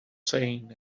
saying